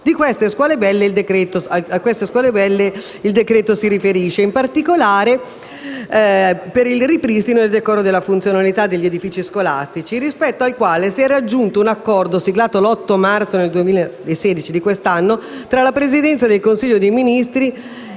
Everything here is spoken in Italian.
e scuole belle. Il decreto-legge si riferisce in particolare al ripristino del decoro e della funzionalità degli edifici scolastici, rispetto al quale si è raggiunto un accordo, siglato l'8 marzo 2016, tra la Presidenza del Consiglio dei ministri,